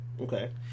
Okay